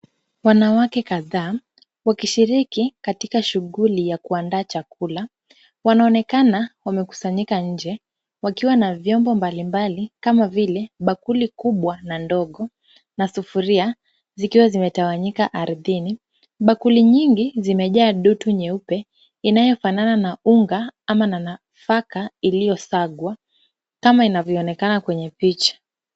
Wanawake kadhaa wakishiriki katika shughuli ya kuandaa chakula. Wanaonekana wamekusanyika nje wakiwa na vyombo mbalimbali kama vile bakuli kubwa na ndogo na sufuria zikiwa zimetawanyika ardhini. Bakuli nyingi zimejaa dutu nyeupe inayofanana na unga ama na nafaka iliyosagwa kama inavyoonekana kwenye picha.